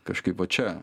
kažkaip va čia